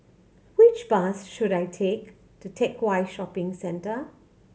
which bus should I take to Teck Whye Shopping Centre